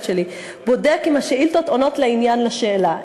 שלי בודק אם השאילתות עונות לעניין השאלה.